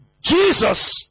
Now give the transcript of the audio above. Jesus